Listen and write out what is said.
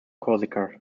corsica